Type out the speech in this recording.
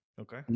Okay